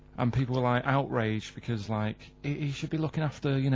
um people were like outraged because like, he should be lookin' after you know